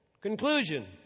Conclusion